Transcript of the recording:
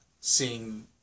seeing